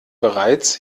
bereits